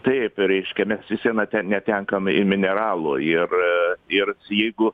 taip ir reiškia mes vis vieną ten netenkame ir mineralų ir ir jeigu